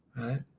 right